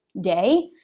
day